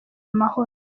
amahoro